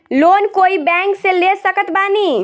Loan कोई bank से ले सकत बानी?